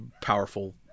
powerful